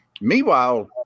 Meanwhile